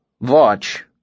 watch